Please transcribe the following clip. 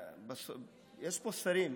יש פה שרים.